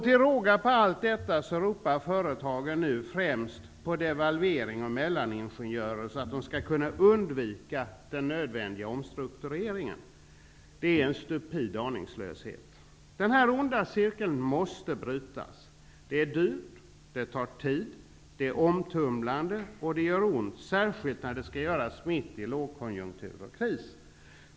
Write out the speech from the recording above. Till råga på allt detta ropar företagen nu främst på devalvering och mellaningenjörer så att de skall kunna undvika den nödvändiga omstruktureringen. Det är en stupid aningslöshet. Denna onda cirkel måste brytas. Det är dyrt, och det tar tid. Det är omtumlande, och det gör ont särskilt när det skall göras mitt i lågkonjunktur och kris.